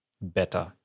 better